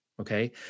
Okay